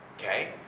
Okay